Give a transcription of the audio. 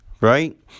Right